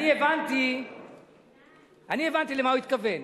אני הבנתי למה הוא התכוון,